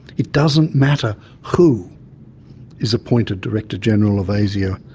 it doesn't matter who is appointed director-general of asio,